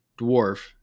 dwarf